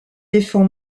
défend